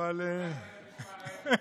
חזרת למשמר העמק?